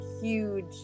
huge